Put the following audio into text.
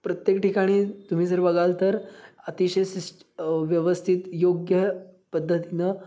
प्रत्येक ठिकाणी तुम्ही जर बघाल तर अतिशय सिस्ट व्यवस्थित योग्य पद्धतीनं